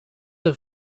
have